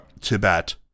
Tibet